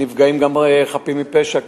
נפגעים גם חפים מפשע,